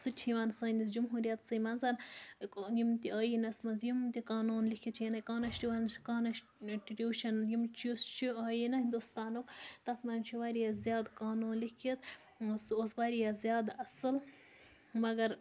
سُہ تہِ چھِ یِوان سٲنِس جمہوٗرِیَیتسٕے منٛز یِم تہِ ٲییٖنَس منٛز یِم تہِ قانوٗن لیٚکھِتھ چھِ یعنی کانَسٹِٹیوٗشَن یِم چھِ یُس چھِ ٲییٖنَہ ہِنٛدوستانُک تَتھ منٛز چھِ واریاہ زیادٕ قانوٗن لیٚکھِتھ سُہ اوس واریاہ زیادٕ اَصٕل مگر